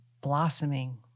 blossoming